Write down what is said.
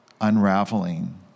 unraveling